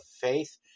faith